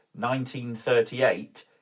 1938